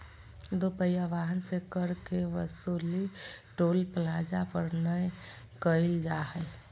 दो पहिया वाहन से कर के वसूली टोल प्लाजा पर नय कईल जा हइ